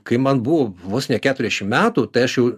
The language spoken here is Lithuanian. kai man buvo vos ne keturiasdešim metų tai aš jau